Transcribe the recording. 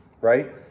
right